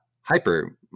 hyper